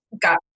got